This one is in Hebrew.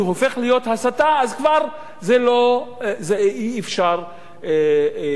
אז כבר אי-אפשר לחיות עם זה.